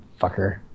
fucker